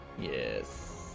Yes